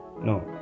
No